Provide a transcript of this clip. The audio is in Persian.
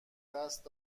دست